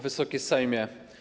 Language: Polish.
Wysoki Sejmie!